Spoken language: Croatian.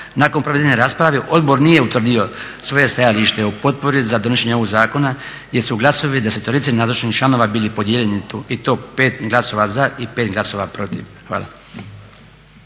Nakon provedene rasprave odbor nije utvrdio svoje stajalište o potpori za donošenje ovog zakona jer su glasovi 10 nazočnih članova bili podijeljeni i to 5 glasova za i 5 glasova protiv. Hvala.